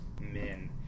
men